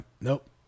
Nope